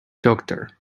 doctor